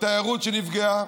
בתיירות שנפגעה.